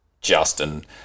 Justin